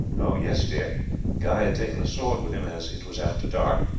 yes, dear guy had taken a sword with him, as it was after dark,